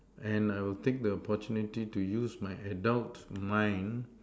and I will take the opportunity to use my adult mind